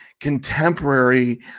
contemporary